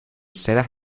sedas